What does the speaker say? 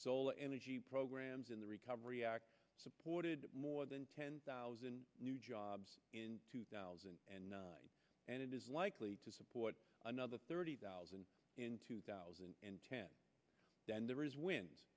solar energy programs in the recovery act supported more than ten thousand new jobs in two thousand and nine and it is likely to support another thirty thousand in two thousand and ten than there is w